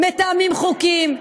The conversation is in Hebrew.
מתאמים חוקים,